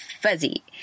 fuzzy